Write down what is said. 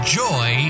joy